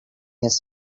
his